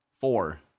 four